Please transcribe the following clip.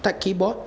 type keyboard